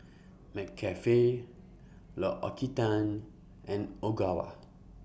McCafe L'Occitane and Ogawa